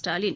Stalin